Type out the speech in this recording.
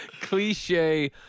cliche